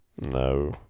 no